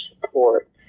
support